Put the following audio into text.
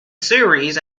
series